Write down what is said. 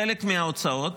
חלק מההוצאות